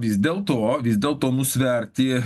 vis dėl to vis dėlto nusverti